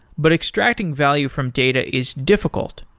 but extracting value from data is difficult,